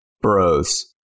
bros